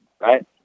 right